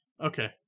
Okay